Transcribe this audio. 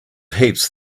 heaps